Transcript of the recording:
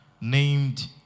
named